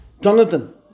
Jonathan